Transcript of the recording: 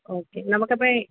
okay നമുക്കപ്പോഴെ